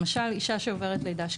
למשל, אישה שעוברת לידה שקטה,